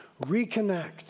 Reconnect